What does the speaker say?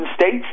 states